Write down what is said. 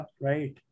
right